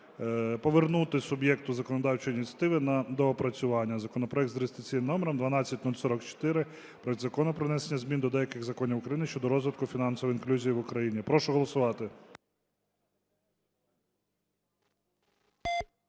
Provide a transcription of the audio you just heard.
повернути суб'єкту законодавчої ініціативи на доопрацювання законопроект за реєстраційним номером 12044: проект Закону про внесення змін до деяких законів України щодо розвитку фінансової інклюзії в Україні. Прошу голосувати.